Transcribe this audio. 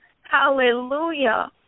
Hallelujah